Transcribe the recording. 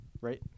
right